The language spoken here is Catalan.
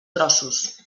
grossos